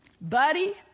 Buddy